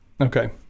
Okay